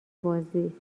بازی